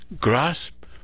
grasp